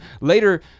later